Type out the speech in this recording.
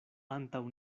antaŭ